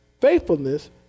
faithfulness